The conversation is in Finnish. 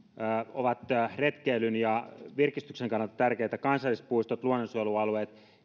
ovat retkeilyn ja virkistyksen kannalta tärkeitä kansallispuistot luonnonsuojelualueet